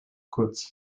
kurz